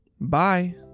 bye